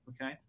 Okay